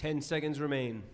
ten seconds remain